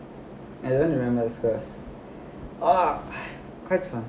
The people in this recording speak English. I don't remember as well ah can't remember